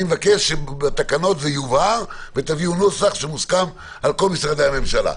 אני מבקש שבתקנות זה יובהר ותביאו נוסח שמוסכם על כל משרדי הממשלה.